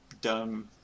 dumb